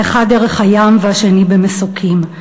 האחד דרך הים והשני במסוקים.